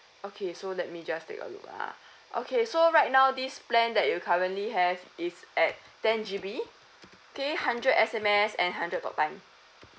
okay so let me just take a look ah okay so right now this plan that you currently have is at ten G B three hundred S_M_S and hundred talk time